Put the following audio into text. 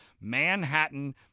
Manhattan